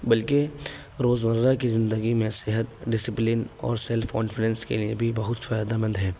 بلکہ روز مرہ کی زندگی میں صحت ڈسپلن اور سیلف کانفیڈنس کے لیے بھی بہت فائدہ مند ہے